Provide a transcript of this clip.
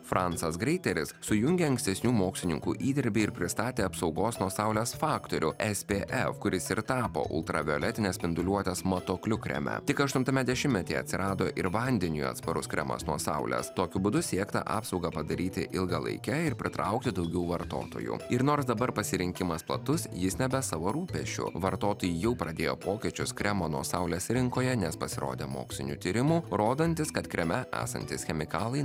francas greiteris sujungė ankstesnių mokslininkų įdirbį ir pristatė apsaugos nuo saulės faktorių spf kuris ir tapo ultravioletinės spinduliuotės matuokliu kreme tik aštuntame dešimtmetyje atsirado ir vandeniui atsparus kremas nuo saulės tokiu būdu siekta apsaugą padaryti ilgalaike ir pritraukti daugiau vartotojų ir nors dabar pasirinkimas platus jis ne be savo rūpesčių vartotojai jau pradėjo pokyčius kremo nuo saulės rinkoje nes pasirodė mokslinių tyrimų rodantys kad kreme esantys chemikalai